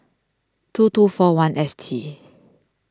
two two four one S T